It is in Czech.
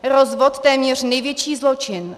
Rozvod téměř největší zločin.